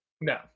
No